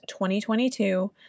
2022